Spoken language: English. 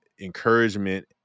encouragement